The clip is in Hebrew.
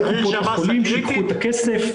לקופות החולים שייקחו את הכסף,